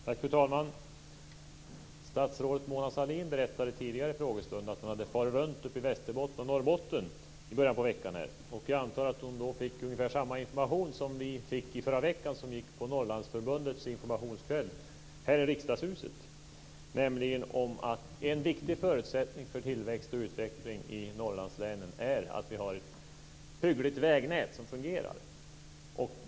Fru talman! Statsrådet Mona Sahlin berättade tidigare i frågestunden att hon hade farit runt uppe Västerbotten och Norrbotten i början av veckan. Jag antar att hon då fick ungefär samma information som vi fick som gick på Norrlandsförbundets informationskväll i förra veckan här i Riksdagshuset, nämligen att en viktig förutsättning för tillväxt och utveckling i Norrlandslänen är att vi har ett hyggligt vägnät som fungerar.